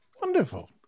Wonderful